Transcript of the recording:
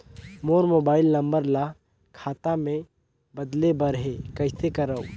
मोर mobile number ल खाता मे बदले बर हे कइसे करव?